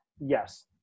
Yes